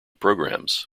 programs